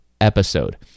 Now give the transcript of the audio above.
episode